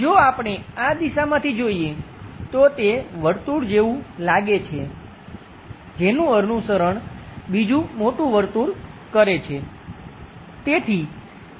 જો આપણે આ દિશામાંથી જોઈએ તો તે વર્તુળ જેવું લાગે છે જેનું અનુસરણ બીજું મોટું વર્તુળ કરે છે